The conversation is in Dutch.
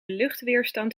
luchtweerstand